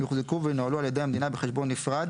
יוחזקו וינוהלו על ידי המדינה בחשבון נפרד